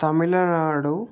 Tamil Nadu